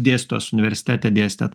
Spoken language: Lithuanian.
dėstos universitete dėstėt